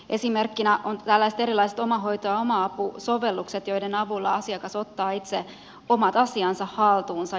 esimerkkinä on tällaiset erilaiset omahoito ja oma apusovellukset joiden avulla asiakas ottaa itse omat asiansa haltuun